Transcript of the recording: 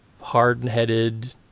hard-headed